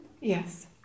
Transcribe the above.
Yes